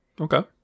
Okay